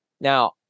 Now